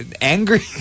angry